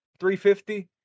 350